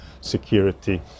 security